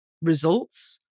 results